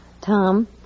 Tom